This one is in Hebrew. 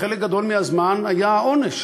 בחלק גדול מהזמן היה העונש